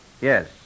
Yes